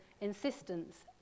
insistence